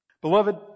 beloved